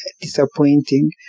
disappointing